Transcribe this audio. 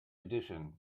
addition